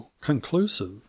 Conclusive